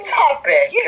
topic